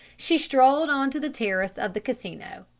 she strolled on to the terrace of the casino,